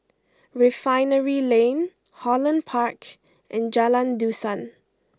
Refinery Lane Holland Park and Jalan Dusan